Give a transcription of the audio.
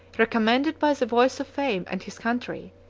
recommended by the voice of fame and his country,